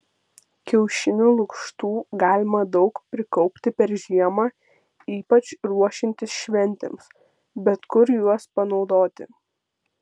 kiaušinių lukštų galima daug prikaupti per žiemą ypač ruošiantis šventėms bet kur juos panaudoti